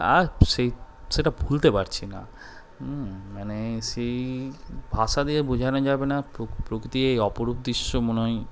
আর সেই সেটা ভুলতে পারছি না মানে সেই ভাষা দিয়ে বোঝানো যাবে না প্রকৃতির এই অপরূপ দৃশ্য মনে হয়